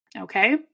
Okay